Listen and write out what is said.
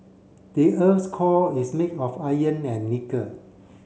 the earth core is made of iron and nickel